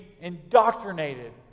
indoctrinated